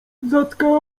zatkała